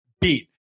beat